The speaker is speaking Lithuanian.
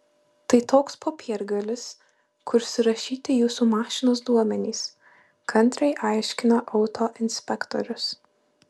tai toks popiergalis kur surašyti jūsų mašinos duomenys kantriai aiškina autoinspektorius